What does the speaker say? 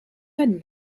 had